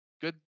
Good